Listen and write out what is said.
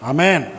Amen